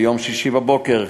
ביום שישי בבוקר,